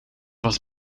was